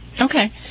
Okay